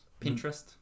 Pinterest